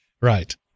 Right